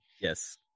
Yes